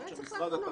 אלי"ן, קיבלתם